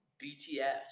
BTS